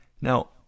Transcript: now